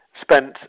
spent